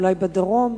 ואולי בדרום?